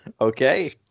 Okay